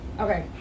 Okay